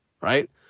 right